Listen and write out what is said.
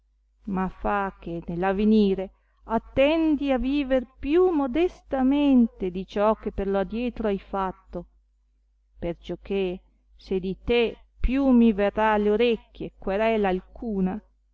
ma fa che nell'avenire attendi a viver più modestamente di ciò che per lo adietro hai fatto perciò che se di te più mi verrà alle orecchie querela alcuna